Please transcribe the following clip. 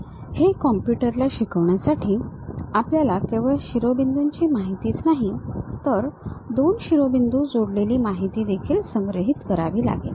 हे कॉम्प्युटर ला शिकवण्यासाठी आपल्याला केवळ शिरोबिंदूंची माहितीच नाही तर दोन शिरोबिंदू जोडलेली माहिती देखील संग्रहित करावी लागेल